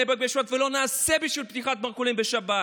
ברק בשבת ולא נעשה בשביל פתיחת מרכולים בשבת.